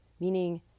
Meaning